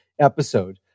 episode